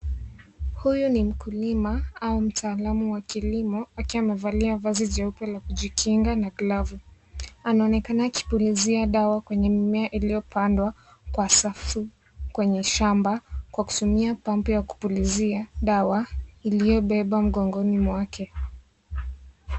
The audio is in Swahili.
Huyu ni mkulima au mtaalam wa kilimo akiwa amevalia vazi jeupe la kujikinga na glavu. Anaonekana akipulizia dawa kwenye mimea iliyopandwa kwa safu kwenye shamba kwa kutumia pampu ya kupulizia dawa aliyoibeba mgongoni mwake.